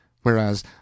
whereas